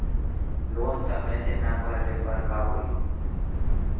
Loan समय से ना भरले पर का होयी?